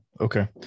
Okay